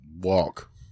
walk